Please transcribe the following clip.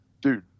Dude